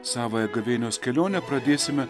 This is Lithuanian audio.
savąją gavėnios kelionę pradėsime